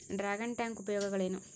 Dragon tank ಉಪಯೋಗಗಳೇನು?